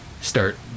start